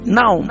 now